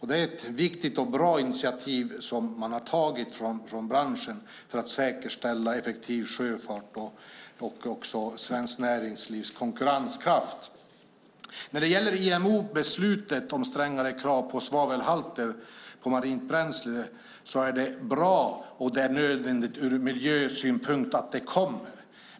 Det är ett viktigt och bra initiativ som branschen har tagit för att säkerställa effektiv sjöfart och också svenskt näringslivs konkurrenskraft. När det gäller IMO-beslutet om strängare krav på svavelhalter i marint bränsle är det bra och nödvändigt ur miljösynpunkt att det kommer.